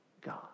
God